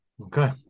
Okay